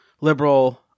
liberal